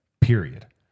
Period